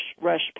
rush